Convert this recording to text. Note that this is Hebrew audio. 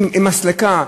עם מסלקה,